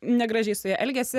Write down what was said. negražiai su ja elgėsi